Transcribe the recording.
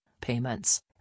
payments